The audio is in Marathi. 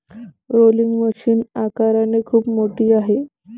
रोलिंग मशीन आकाराने खूप मोठे आहे